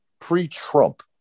pre-trump